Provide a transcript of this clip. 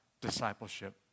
discipleship